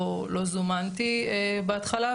לא זומנתי בהתחלה,